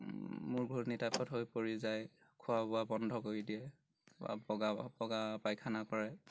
মোৰ ঘূৰণি টাইপত হৈ পৰি যায় খোৱা বোৱা বন্ধ কৰি দিয়ে বা বগা বগা পাইখানা কৰে